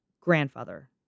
grandfather